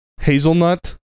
Hazelnut